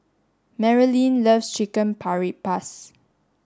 Marilynn loves Chicken Paprikas